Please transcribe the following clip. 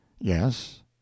Yes